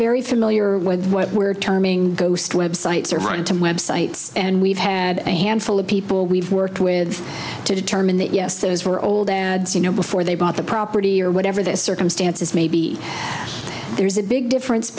very familiar with what we're terming ghost websites or front of websites and we've had a handful of people we've worked with to determine that yes those were older you know before they bought the property or whatever the circumstances may be there's a big difference